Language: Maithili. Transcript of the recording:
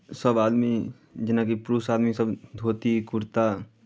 सभ आदमी जेनाकि पुरुष आदमीसभ धोती कुर्ता